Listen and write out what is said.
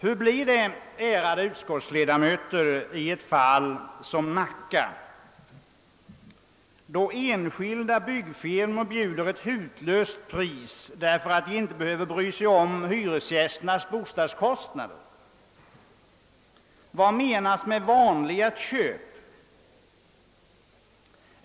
Hur blir det, ärade utskottsledamöter, i ett fall som Nacka, då enskilda byggfirmor bjuder ett hutlöst pris, därför att de inte behöver bry sig om hyresgästernas bostadskostnader? Vad menas med vanliga köp?